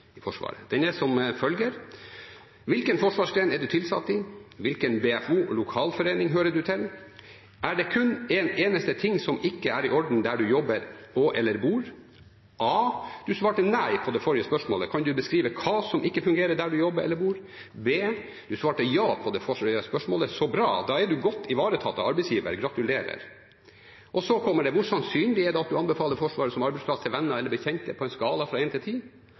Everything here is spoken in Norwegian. Den er som følger: Hvilken forsvarsgren er du tilsatt i? Hvilken BFO lokalforening hører du til? Er det kun én eneste ting som ikke er i orden der du jobber og/eller bor? Du svarte nei på det forrige spørsmålet. Kan du beskrive hva som ikke fungerer der du jobber og/eller bor? Du svarte ja på det forrige spørsmålet. Så bra, da er du godt ivaretatt av arbeidsgiver. Gratulerer! Og så kommer det: Hvor sannsynlig er det at du anbefaler Forsvaret som arbeidsplass til venner eller bekjente, på en skala fra 1 til